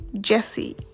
jesse